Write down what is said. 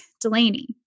Delaney